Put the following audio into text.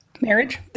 Marriage